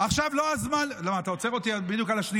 עכשיו לא הזמן, אתה עוצר אותי בדיוק על השנייה.